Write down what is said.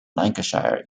lancashire